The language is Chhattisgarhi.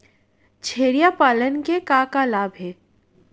छेरिया पालन के का का लाभ हे?